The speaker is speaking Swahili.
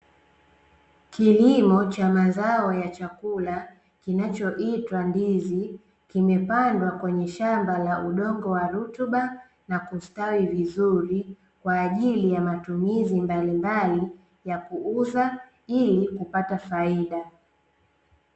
Kilimo cha mazao ya chakula kinachoitwa ndizi kimepandwa kwenye shamba la udongo wa rutuba na kustawi vizuri kwa ajili ya matumizi mbalimbali ya kuuza ili kupata faida .